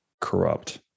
corrupt